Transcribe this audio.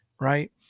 right